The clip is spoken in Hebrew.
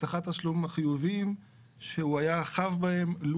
הבטחת תשלום החיובים שהוא היה חב בהם לו